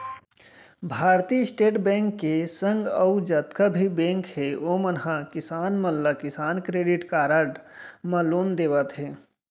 भारतीय state bank के संग अउ जतका भी बेंक हे ओमन ह किसान मन ला किसान क्रेडिट कारड म लोन देवत हें